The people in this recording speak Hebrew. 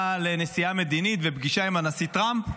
לנסיעה מדינית ולפגישה עם הנשיא טראמפ,